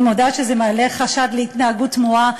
אני מודה שזה מעלה חשד להתנהגות תמוהה,